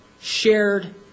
shared